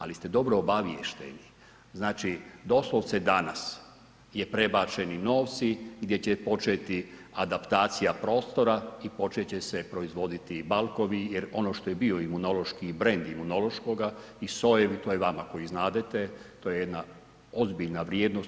Ali ste dobro obaviješteni, znači doslovce danas je prebačeni novci gdje će početi adaptacija prostora i početi će proizvoditi bakovi jer ono što je bio Imunološki i brend Imunološkoga i sojevi to je vama koji znadete, to je jedna ozbiljna vrijednost.